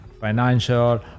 financial